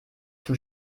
zum